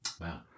Wow